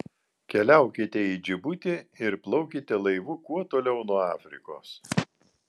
keliaukite į džibutį ir plaukite laivu kuo toliau nuo afrikos